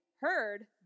heard